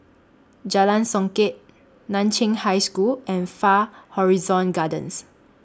Jalan Songket NAN Chiau High School and Far Horizon Gardens